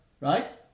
right